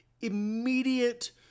immediate